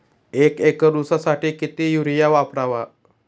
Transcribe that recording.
एक एकर ऊसासाठी किती युरिया वापरावा?